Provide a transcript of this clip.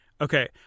Okay